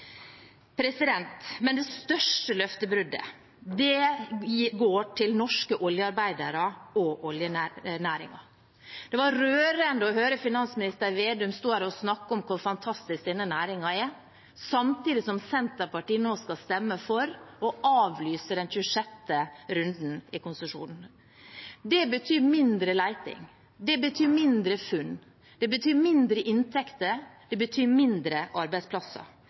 Men det største løftebruddet går til norske oljearbeidere og oljenæringen. Det var rørende å høre finansminister Slagsvold Vedum stå her og snakke om hvor fantastisk denne næringen er, samtidig som Senterpartiet nå skal stemme for å avlyse den 26. konsesjonsrunden. Det betyr mindre leting. Det betyr færre funn. Det betyr lavere inntekter. Det betyr færre arbeidsplasser,